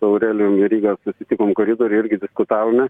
su aurelijum veryga susitikom koridoriuje irgi diskutavome